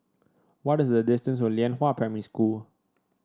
what is the distance to Lianhua Primary School